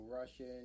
Russian